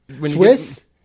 Swiss